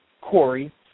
Corey